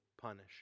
punish